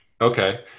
Okay